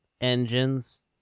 engines